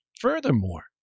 Furthermore